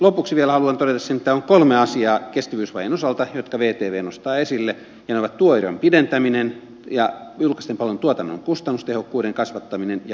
lopuksi vielä haluan todeta sen että täällä on kolme asiaa kestävyysvajeen osalta jotka vtv nostaa esille ja ne ovat työurien pidentäminen julkisten palvelujen tuotannon kustannustehokkuuden kasvattaminen ja kilpailun lisääminen